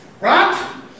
Right